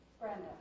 Brenda